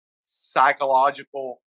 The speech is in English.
psychological